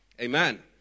Amen